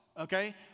okay